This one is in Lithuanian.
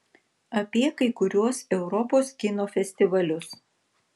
apie kai kuriuos europos kino festivalius